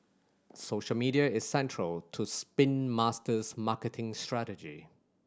social media is central to Spin Master's marketing strategy